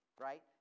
right